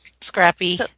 Scrappy